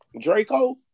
Draco